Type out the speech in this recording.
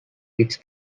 its